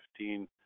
2015